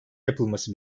yapılması